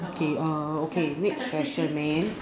okay err okay next question man